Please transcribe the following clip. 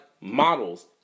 models